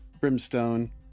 brimstone